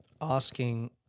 asking